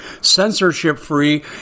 censorship-free